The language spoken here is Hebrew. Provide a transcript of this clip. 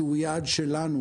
שהיא יעד שלנו,